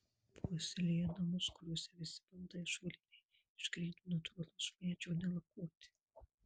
puoselėja namus kuriuose visi baldai ąžuoliniai iš gryno natūralaus medžio nelakuoti